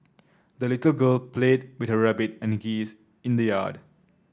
the little girl played with her rabbit and geese in the yard